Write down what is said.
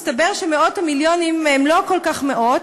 מסתבר שמאות המיליונים הם לא כל כך מאות,